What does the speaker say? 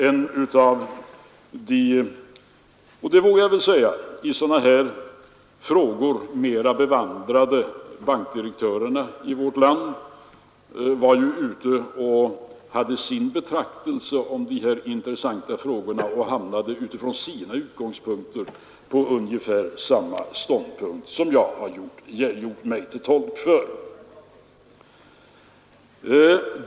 En av de i sådana här frågor mera bevandrade bankdirektörerna — det vågar jag väl säga — höll sin betraktelse över det här intressanta ämnet och utifrån sina utgångspunkter hamnade han på ungefär samma ståndpunkt som jag har gjort mig till tolk för.